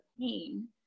pain